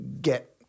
get